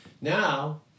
Now